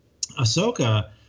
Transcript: Ahsoka